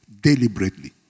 deliberately